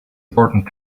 important